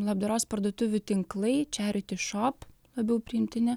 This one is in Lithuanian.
labdaros parduotuvių tinklai čiariti šop labiau priimtini